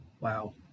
wow